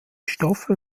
stoffe